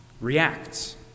reacts